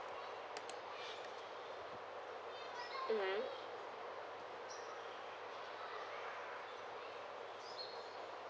mmhmm